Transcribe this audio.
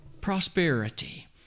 Prosperity